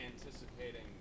Anticipating